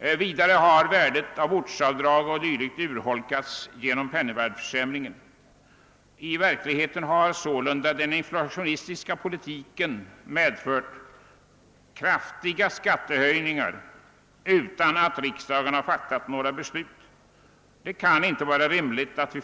Vidare har värdet av ortsavdrag o. d. urholkats genom penningvärdeförsämringen. I verkligheten har sålunda den inflationistiska politiken inneburit kraftiga skattehöjningar utan att riksdagen fattat några beslut. Det kan inte vara rimligt att